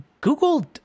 Google